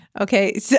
okay